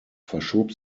verschob